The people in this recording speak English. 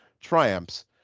triumphs